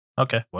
Okay